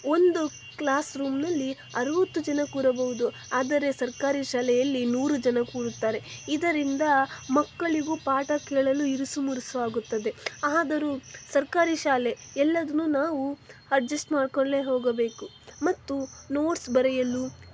ಒಂದು ಕ್ಲಾಸ್ರೂಮ್ನಲ್ಲಿ ಅರುವತ್ತು ಜನ ಕೂರಬಹುದು ಆದರೆ ಸರ್ಕಾರಿ ಶಾಲೆಯಲ್ಲಿ ನೂರು ಜನ ಕೂರುತ್ತಾರೆ ಇದರಿಂದ ಮಕ್ಕಳಿಗೂ ಪಾಠ ಕೇಳಲು ಇರುಸು ಮುರುಸು ಆಗುತ್ತದೆ ಆದರೂ ಸರ್ಕಾರಿ ಶಾಲೆ ಎಲ್ಲದನ್ನು ನಾವು ಅಡ್ಜಸ್ಟ್ ಮಾಡ್ಕೊಳ್ಲೆ ಹೋಗಬೇಕು ಮತ್ತು ನೋಟ್ಸ್ ಬರೆಯಲು